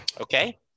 Okay